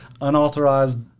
Unauthorized